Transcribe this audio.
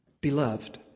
Beloved